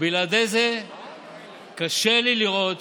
בלעדי זה קשה לי לראות